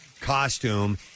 costume